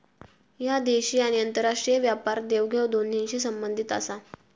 ह्या देशी आणि आंतरराष्ट्रीय व्यापार देवघेव दोन्हींशी संबंधित आसा